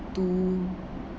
to